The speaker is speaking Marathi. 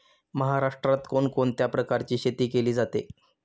महाराष्ट्रात कोण कोणत्या प्रकारची शेती केली जाते?